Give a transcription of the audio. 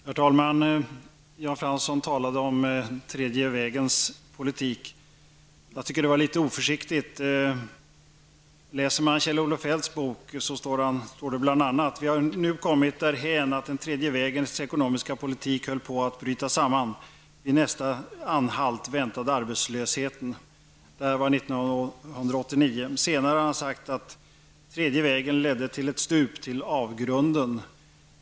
Herr talman! Jan Fransson talade om den tredje vägens politik. Jag tycker att det var litet oförsiktigt. I Kjell Olof Feldts bok står det bl.a.: ''Vi hade nu kommit därhän att den tredje vägens ekonomiska politik höll på att bryta samman. Vid nästa anhalt väntade arbetslösheten.'' Detta gällde år 1989. Senare har han sagt: ''Tredje vägen ledde till ett stup, till avgrunden.''